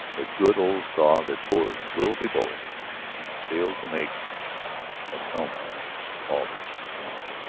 the good old saw that boys will be boys failed to make of elmer all that she would have him.